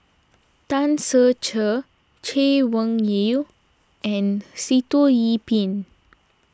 Tan Ser Cher Chay Weng Yew and Sitoh Yih Pin